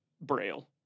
Braille